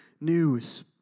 news